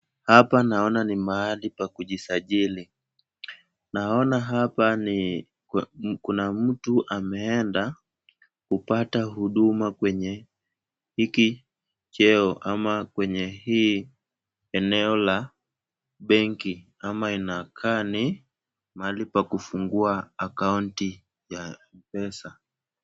Hapa naona ni mahali pa kujisajili. Naona hapa kuna mtu ameenda kupata huduma kwenye hiki cheo ama kwenye hii eneo la benki, ama inakaa ni mahali pa kufungua akaunti ya pesa.